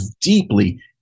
deeply